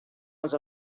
els